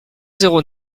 zéro